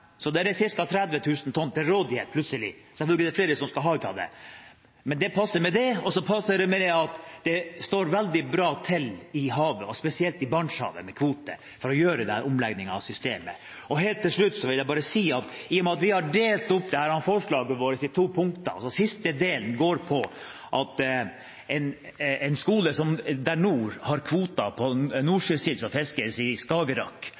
Så plutselig er det ca. 30 000 tonn til rådighet, selv om det er flere som skal ha av dette. Det passer også ved at det står veldig bra til med kvoter i havet, spesielt i Barentshavet, for å gjøre denne omleggingen av systemet. Helt til slutt vil jeg si: Vi har delt opp dette forslaget vårt i to punkter, og siste delen handler om at skoler i nord som har kvoter på nordsjøsild som fiskes i Skagerrak,